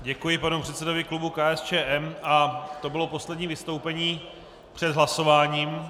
Děkuji panu předsedovi klubu KSČM a to bylo poslední vystoupení před hlasováním.